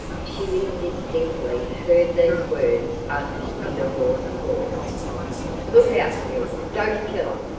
she indistinctly heard these words uttered in a hoarse voice look out, bill don't kill her.